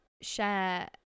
share